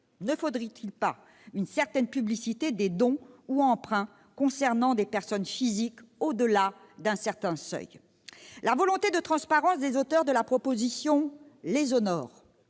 Ne faudrait-il pas une certaine publicité des dons ou emprunts concernant des personnes physiques au-delà d'un certain seuil ? La volonté de transparence des auteurs de la proposition de loi les